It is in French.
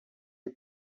est